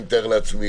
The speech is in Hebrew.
אני מתאר לעצמי.